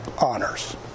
honors